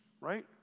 Right